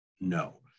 No